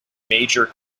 major